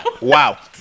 Wow